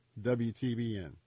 WTBN